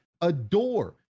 adore